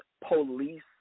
police